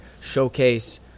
showcase